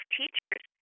teachers